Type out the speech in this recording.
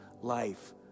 life